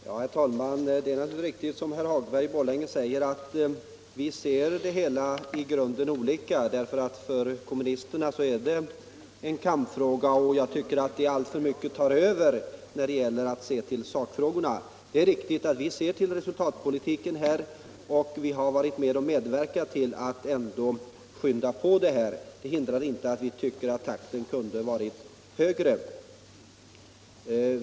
Herr talman! Det är naturligtvis riktigt, som herr Hagberg i Borlänge säger, att vi ser dessa frågor i grunden olika. För kommunisterna är detta en kampfråga, och jag tycker att detta alltför mycket tar över i er syn på sakfrågorna. Det är riktigt att vi ser till resultatpolitiken. och vi har medverkat till att skynda på det som åstadkommits. Det hindrar inte att vi tycker att takten kunde ha varit högre.